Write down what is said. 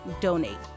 donate